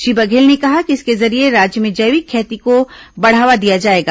श्री बघेल ने कहा कि इसके जरिये राज्य में जैविक खेती को बढ़ावा दिया जाएगा